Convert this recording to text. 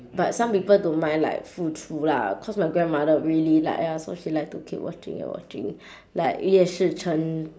but some people don't mind like 付出 lah cause my grandmother really like !aiya! so she like to keep watching and watching like ye shi chen